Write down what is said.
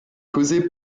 causée